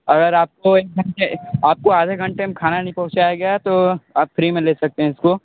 अगर आपको एक घंटे आपको आधे घंटे में खाना नहीं पहुंचाया गया तो आप फ्री में ले सकते हैं इसको